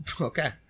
Okay